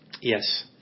Yes